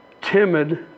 timid